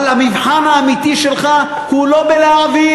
אבל המבחן האמיתי שלך הוא לא בלהעביר,